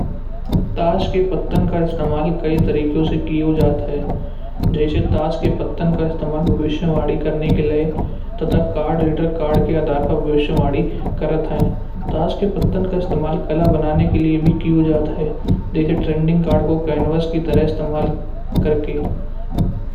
ताश के पत्तन का इस्तेमाल कई तरीके से कियो जाते हैं जैसे ताश के पत्तन का इस्तेमाल भविष्यवाणी करने के लिए। तथा कार्ड रीडर कार्ड के आधार पर भविष्यवाणी करता है। ताश के पत्तन का इस्तेमाल कला बनाने के लिए भी कियो जात है। जैसे ट्रेंडिंग कार्ड को कैनवास की तरह इस्तेमाल करके।